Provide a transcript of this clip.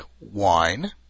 wine